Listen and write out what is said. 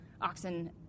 oxen